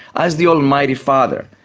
as the almighty father,